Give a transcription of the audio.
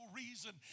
reason